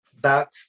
back